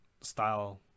style